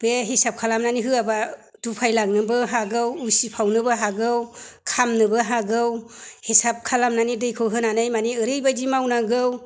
बे हिसाब खालामनानै होआबा दुफायलांनोबो हागौ उसिफावनोबो हागौ खामनोबो हागौ हिसाब खालामनानै दैखौ होनानै माने ओरैबायदि मावनांगौ